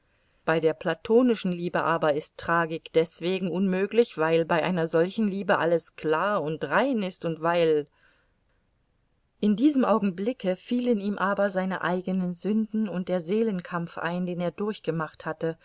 bei der platonischen liebe aber ist tragik deswegen unmöglich weil bei einer solchen liebe alles klar und rein ist und weil in diesem augenblicke fielen ihm aber seine eigenen sünden und der seelenkampf ein den er durchgemacht hatte